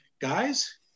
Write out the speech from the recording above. Guys